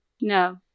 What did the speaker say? No